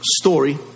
story